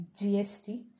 GST